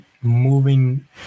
moving